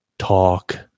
Talk